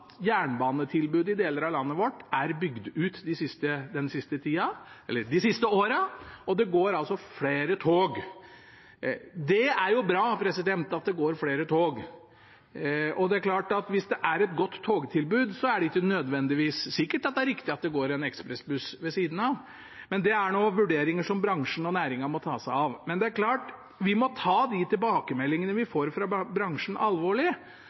jernbanetilbudet i deler av landet vårt er bygd ut de siste årene, og det går flere tog. Det er bra at det går flere tog, og det er klart at hvis det er et godt togtilbud, er det ikke nødvendigvis sikkert at det er riktig at det går en ekspressbuss ved siden av, men det er vurderinger som bransjen og næringen må ta seg av. Men det er klart: Vi må ta de tilbakemeldingene vi får fra bransjen, alvorlig,